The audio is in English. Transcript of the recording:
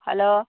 hello